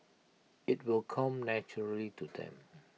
IT will come naturally to them